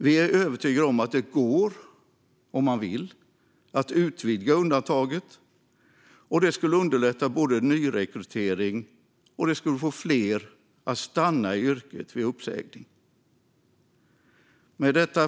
Vi är övertygade om att det går, om man vill, att utvidga undantaget. Det skulle underlätta nyrekrytering, och det skulle få fler att stanna i yrket vid uppsägning. Fru talman!